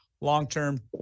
Long-term